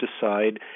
decide